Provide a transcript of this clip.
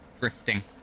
drifting